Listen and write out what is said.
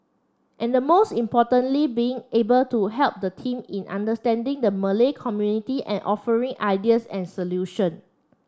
and most importantly being able to help the team in understanding the Malay community and offering ideas and solution